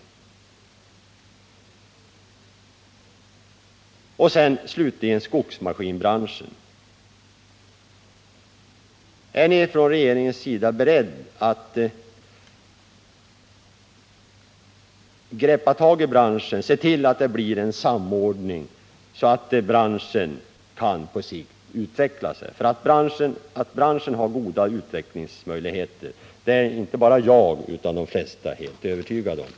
Slutligen vill jag ställa en fråga när det gäller skogsmaskinbranschen: Ärni från regeringens sida beredda att ta tag i den branschen och se till att det bliren samordning, så att branschen kan utvecklas på sikt? Inte bara jag utan de flesta andra är nämligen helt övertygade om att branschen har goda utvecklingsmöjligheter.